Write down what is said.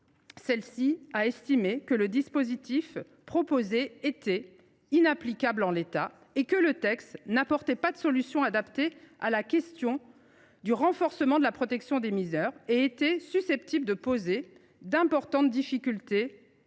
Celle ci a estimé que « le dispositif proposé était inapplicable en l’état », que le texte « n’apportait pas de solution adaptée au renforcement de la protection des mineurs et était susceptible de poser d’importantes difficultés